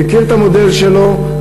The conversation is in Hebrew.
מכיר את המודל שלו,